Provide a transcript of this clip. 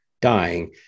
dying